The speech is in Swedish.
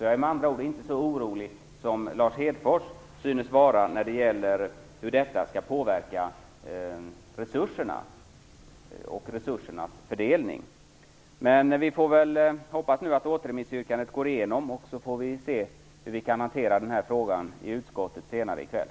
Jag är med andra ord inte så orolig som Lars Hedfors synes vara när det gäller hur detta skall påverka resurserna och deras fördelning. Vi får väl hoppas att återremissyrkandet går igenom, och så får vi se hur vi kan hantera denna fråga i utskottet senare i kväll.